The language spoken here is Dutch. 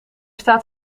staat